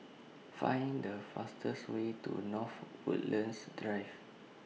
Find The fastest Way to North Woodlands Drive